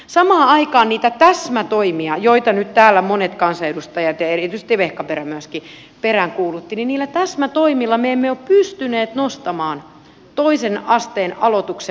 samaan aikaan niillä täsmätoimilla joita nyt täällä monet kansanedustajat ja erityisesti vehkaperä peräänkuuluttivat me emme ole pystyneet nostamaan toisen asteen aloituksen määrää